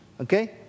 Okay